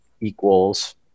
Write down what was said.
equals